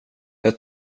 jag